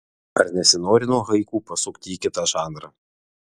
ar nesinori nuo haiku pasukti į kitą žanrą